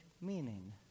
meaning